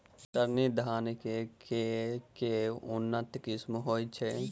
कतरनी धान केँ के उन्नत किसिम होइ छैय?